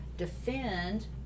defend